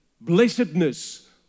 blessedness